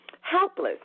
Helpless